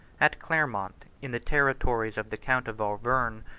at clermont, in the territories of the count of auvergne,